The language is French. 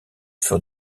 furent